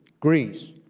greece,